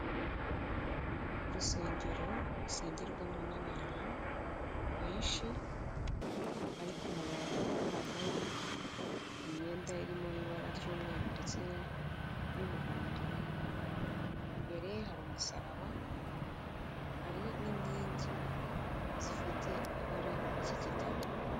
Urusengero rusengerwamo n'abantu benshi ari ku murongo, bambaye imyenda irimo ibara ry'umweru ndetse n'umuhondo. Imbere hari umusaraba, hari n'inkingi zifite ibara ry'igitaka.